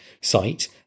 site